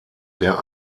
der